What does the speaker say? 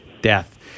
death